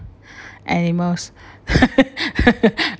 animals